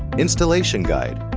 installation guide,